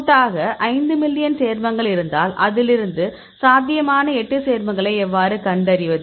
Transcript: கூட்டாக 5 மில்லியன் சேர்மங்கள் இருந்தால் அதிலிருந்து சாத்தியமான 8 சேர்மங்களை எவ்வாறு கண்டறிவது